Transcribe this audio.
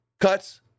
Cuts